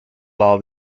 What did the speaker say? law